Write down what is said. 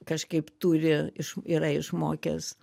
kažkaip turi iš yra išmokęs